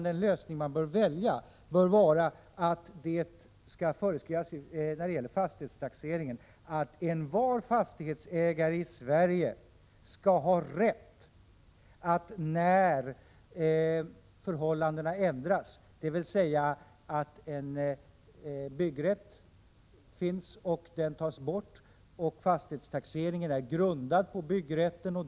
Den lösning som man bör välja bör vara att beträffande fastighetstaxeringen föreskriva att alla fastighetsägare i Sverige skall ha rätt att när förhållandena ändras begära omtaxering. Det gäller de fall när en byggrätt tas bort och fastighetstaxeringen har varit grundad på byggrätten.